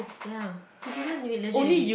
ya he didn't really legit legit